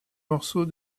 morceaux